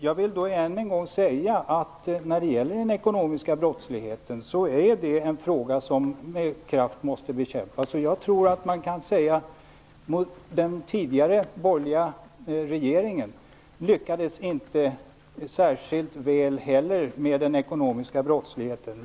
Jag vill än en gång säga att den ekonomiska brottsligheten med kraft måste bekämpas. Jag tror att man kan säga att den tidigare borgerliga regeringen inte heller lyckades särskilt väl med den ekonomiska brottsligheten.